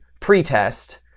pretest